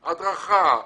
הדרכה,